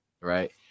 right